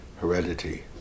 heredity